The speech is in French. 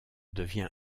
devient